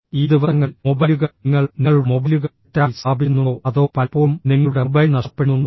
ഈ ദിവസങ്ങളിൽ മൊബൈലുകൾ നിങ്ങൾ നിങ്ങളുടെ മൊബൈലുകൾ തെറ്റായി സ്ഥാപിക്കുന്നുണ്ടോ അതോ പലപ്പോഴും നിങ്ങളുടെ മൊബൈൽ നഷ്ടപ്പെടുന്നുണ്ടോ